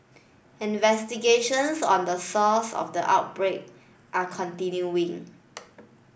investigations on the source of the outbreak are continuing